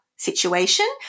situation